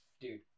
Dude